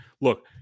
look